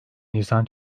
nisan